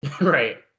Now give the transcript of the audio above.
Right